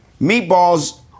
Meatball's